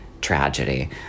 tragedy